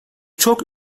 çok